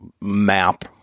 map